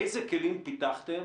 אילו כלים פיתחתם